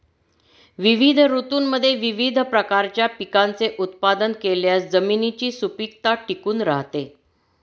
विविध ऋतूंमध्ये विविध प्रकारच्या पिकांचे उत्पादन केल्यास जमिनीची सुपीकता टिकून राहते